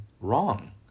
wrong